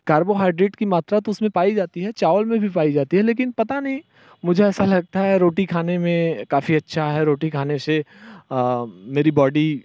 carbohydrate की मात्रा तो उसमें पाई जाती है चावल में भी पाई जाती है लेकिन पता नहीं मुझे ऐसा लगता है रोटी खाने में काफ़ी अच्छा है रोटी खाने से मेरी बॉडी